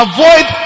Avoid